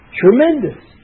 tremendous